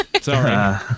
Sorry